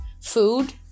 food